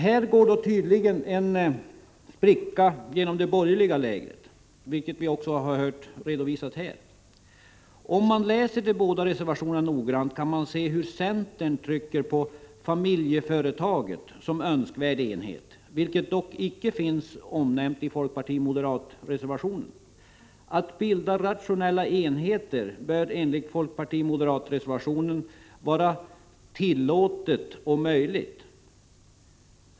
Här går dock tydligen en spricka genom det borgerliga lägret, vilket vi också har hört redovisas här. Om man läser de båda reservationerna noggrant, kan man se hur centern trycker på familjeföretaget som en önskvärd enhet, vilket dock inte finns omnämnt i folkparti-moderat-reservationen. Att bilda rationella enheter bör enligt folkparti-moderat-reservationen vara ”tillåtet och möjligt”.